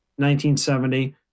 1970